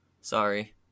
sorry